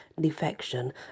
defection